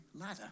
ladder